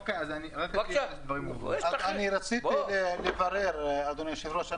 רציתי לברר, אדוני היושב-ראש.